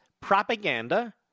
propaganda